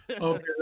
okay